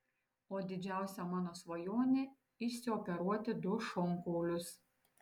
o didžiausia mano svajonė išsioperuoti du šonkaulius